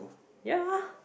ya